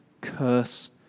curse